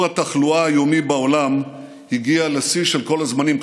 התחלואה היומי בעולם הגיע לשיא של כל הזמנים,